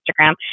Instagram